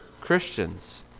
christians